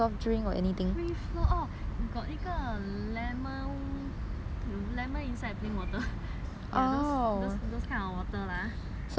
got 那个 lemon lemon inside plain water ya those those those kind of water lah